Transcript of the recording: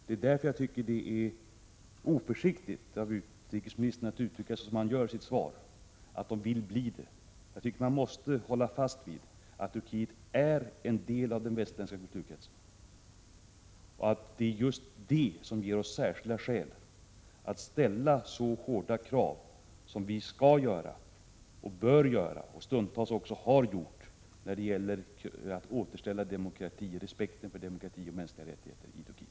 Det är därför som jag tycker att det är oförsiktigt av utrikesministern att uttrycka sig som han gör i sitt svar. Han säger att Turkiet vill bli det. Jag tycker att man måste hålla fast vid det faktum att Turkiet är en del av den västerländska kulturkretsen och att det är just det som ger särskilda skäl att ställa hårda krav när det gäller att återställa respekten för demokrati och mänskliga rättigheter i Turkiet.